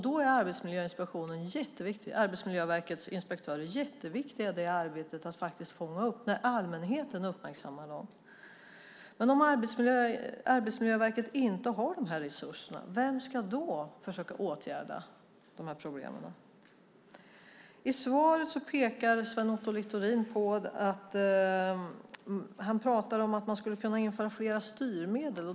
Då är Arbetsmiljöverkets inspektörer jätteviktiga i arbetet med att fånga upp problem som allmänheten uppmärksammar dem på. Om Arbetsmiljöverket inte har de här resurserna, vem ska då försöka åtgärda de här problemen? I svaret pekar Sven Otto Littorin på att man skulle kunna införa flera styrmedel.